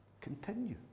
continue